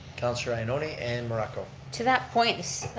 councilor ioannoni and morocco. to that point,